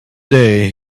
day